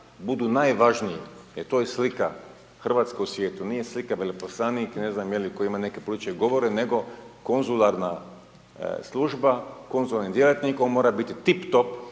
budu najvažniji jer to je slika Hrvatske u svijetu. Nije slika veleposlanik i ne znam netko tko ima neke političke govore nego konzularna služba, konzularni djelatnik, on mora biti tip top,